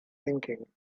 thinking